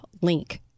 link